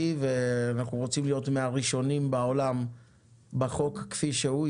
ואנחנו רוצים להיות ראשונים בעולם בחוק כפי שהוא.